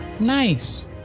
Nice